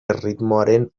erritmoaren